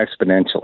exponentially